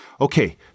Okay